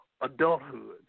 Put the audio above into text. adulthood